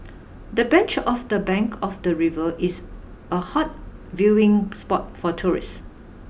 the bench of the bank of the river is a hot viewing spot for tourists